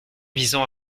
visant